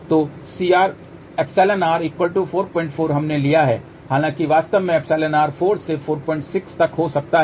तो €r 44 हमने लिया है हालांकि वास्तव में €r 4 से 46 तक हो सकता है